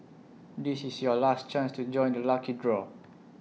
this is your last chance to join the lucky draw